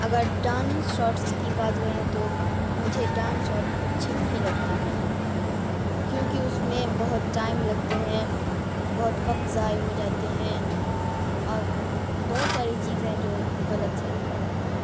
اگر dance shorts کی بات کریں تو مجھے ڈانس شارٹ اچھے نہیں لگتے ہیں کیونکہ اس میں بہت ٹائم لگتے ہیں بہت وقت ضائع ہو جاتے ہیں اور بہت ساری چیزیں جو غلط ہے